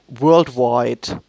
worldwide